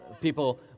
people